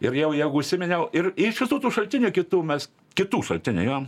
ir jau jeigu seniau ir iš visų tų šaltinių kitų mes kitų šaltinių jo